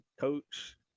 coach